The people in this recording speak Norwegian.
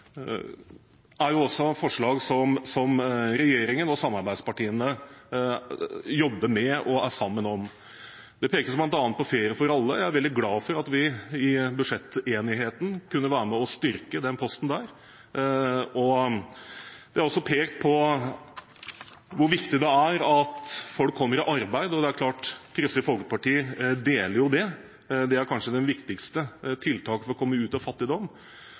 forslag som regjeringen og samarbeidspartiene jobber med og er sammen om. Det pekes bl.a. på Ferie for alle, og jeg er veldig glad for at vi i budsjettenigheten kunne være med og styrke den posten. Det er også pekt på hvor viktig det er at folk kommer i arbeid, og det er klart at Kristelig Folkeparti deler det. Det er kanskje det viktigste tiltaket for å komme ut av fattigdom,